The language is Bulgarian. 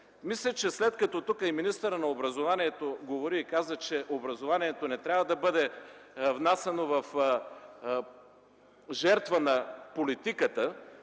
Мисля, че след като тук и министърът на образованието говори и каза, че образованието не трябва да бъде принасяно в жертва на политиката,